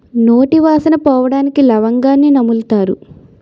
నోటి వాసన పోవడానికి లవంగాన్ని నములుతారు